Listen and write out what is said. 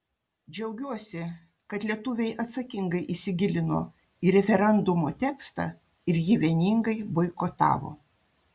džiaugiuosi kad lietuviai atsakingai įsigilino į referendumo tekstą ir jį vieningai boikotavo